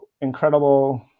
incredible